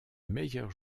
meilleurs